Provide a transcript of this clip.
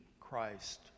Christ